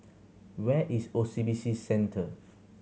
where is O C B C Centre